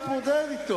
אין הסכמים,